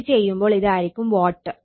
ഇത് ചെയ്യുമ്പോൾ ഇതായിരിക്കും വാട്ട്